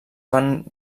van